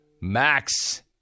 Max